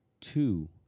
two